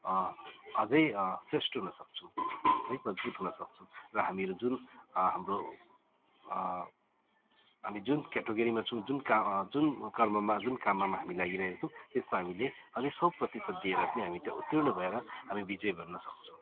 अझ श्रेष्ठ हुन सक्छौँ है मजबुत हुन सक्छौँ र हामीहरू जुन हाम्रो हामी जुन क्याटेगरीमा छौँ जुन काममा जुन कर्ममा जुन कर्ममा हामी लागिरहेको छौँ त्यसमा हामीले अझ सय प्रतिशत दिएर पनि हामी त्यो उतीर्ण भएर हामी विजय बन्न सक्छौँ